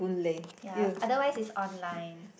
ya otherwise it's online